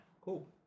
Cool